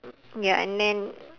ya and then